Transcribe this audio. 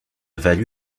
valu